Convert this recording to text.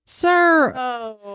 Sir